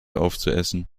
aufzuessen